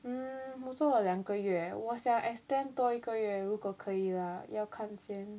mm 我做了两个月我想 extend 多一个月如果可以啦要看先